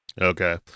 okay